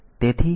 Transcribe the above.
તેથી તે આ છે